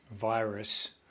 virus